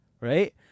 right